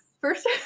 first